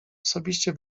osobiście